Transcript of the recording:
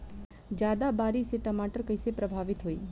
ज्यादा बारिस से टमाटर कइसे प्रभावित होयी?